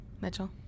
Mitchell